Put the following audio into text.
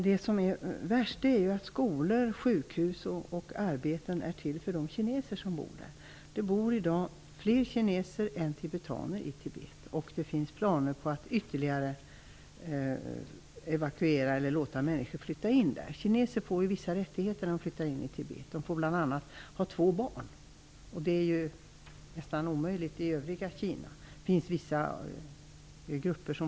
Det som är värst är ju att de skolor, sjukhus och arbeten som finns är till för de kineser som bor där. Det bor i dag fler kineser än tibetaner i Tibet, och det finns planer på att låta ytterligare människor flytta dit. Kineser får ju vissa rättigheter när de flyttar till Tibet. De får bl.a. ha två barn, vilket nästan är omöjligt i övriga Kina annat än för vissa grupper.